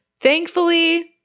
Thankfully